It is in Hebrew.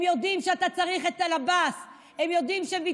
הם יודעים שאתה צריך את אל-עבאס.